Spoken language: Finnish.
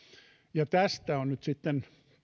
tästä on nyt sitten